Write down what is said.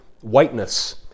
whiteness